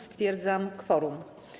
Stwierdzam kworum.